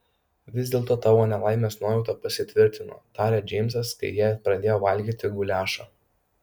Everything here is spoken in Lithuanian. vis dėlto tavo nelaimės nuojauta pasitvirtino tarė džeimsas kai jie pradėjo valgyti guliašą